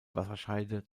wasserscheide